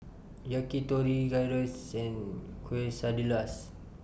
Yakitori Gyros and Quesadillas